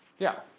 yeah.